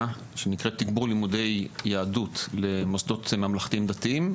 שנקרא תגבור לימודי יהדות למוסדות ממלכתיים דתיים.